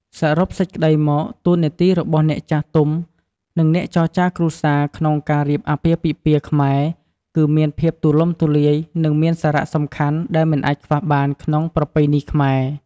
សរុបសេចក្តីមក តួនាទីរបស់អ្នកចាស់ទុំ និងអ្នកចរចារគ្រួសារក្នុងការរៀបអាពាហ៍ពិពាហ៍ខ្មែរ គឺមានភាពទូលំទូលាយ និងមានសារៈសំខាន់ដែលមិនអាចខ្វះបានក្នុងប្រពៃណីខ្មែរ។